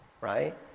right